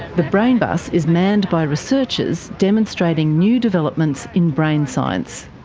the brain bus is manned by researchers demonstrating new developments in brain science.